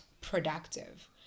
productive